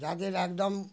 যাদের একদম